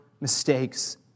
mistakes